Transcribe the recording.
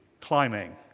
climbing